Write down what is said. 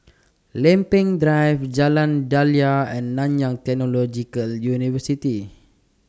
Lempeng Drive Jalan Daliah and Nanyang Technological University